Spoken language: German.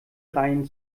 reihen